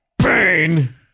pain